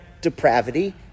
depravity